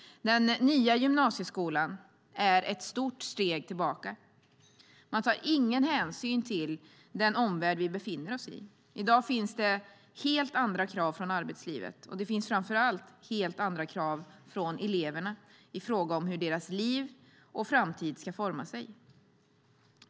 Den nya gymnasieskolan är ett stort steg tillbaka. Man tar ingen hänsyn till den omvärld vi befinner oss i. I dag finns det helt andra krav från arbetslivet, och det finns framför allt helt andra krav från eleverna när det gäller hur deras liv och framtid ska forma sig.